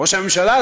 ראש הממשלה,